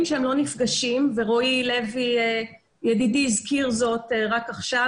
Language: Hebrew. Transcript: שהם לא נפגשים ורועי לוי ידידי הזכיר זאת רק עכשיו